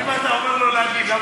אם אתה אומר לו להגיד,